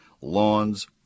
lawns